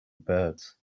birds